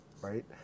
Right